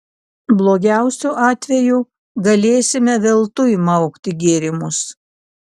blogiausiu atveju galėsime veltui maukti gėrimus